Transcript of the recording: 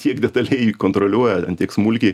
tiek detaliai kontroliuoja ant tiek smulkiai